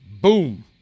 boom